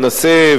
ננסה,